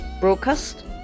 Broadcast